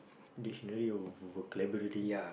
dictionary or vocabulary